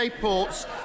ports